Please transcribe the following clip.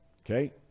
Okay